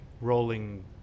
rolling